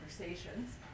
conversations